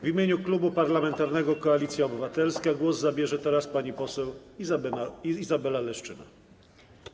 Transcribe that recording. W imieniu Klubu Parlamentarnego Koalicja Obywatelska głos zabierze teraz pani poseł Izabela Leszczyna.